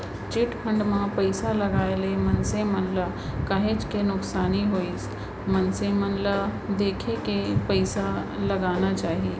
chit fund म पइसा लगाए ले मनसे मन ल काहेच के नुकसानी होइस मनसे मन ल देखे के पइसा लगाना चाही